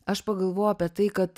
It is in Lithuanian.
aš pagalvojau apie tai kad